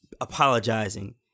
apologizing